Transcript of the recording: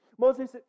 Moses